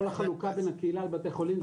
כל החלוקה בן הקהילה לבתי החולים,